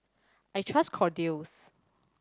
I trust Kordel's